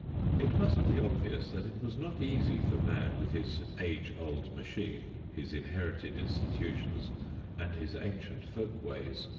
it must be obvious that it was not easy for man with his age-old machine, his inherited institutions and his ancient folk-ways,